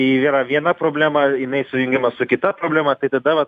yra viena problema jinai sujungiama su kita problema tai tada vat